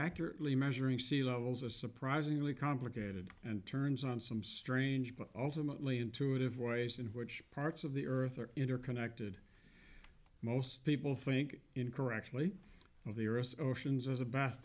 accurately measuring sea levels are surprisingly complicated and turns on some strange but ultimately intuitive ways in which parts of the earth are interconnected most people think incorrectly of the earth's oceans as a bath